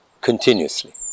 continuously